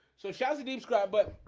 so how's the deep scribe but